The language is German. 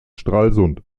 stralsund